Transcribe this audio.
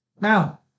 Now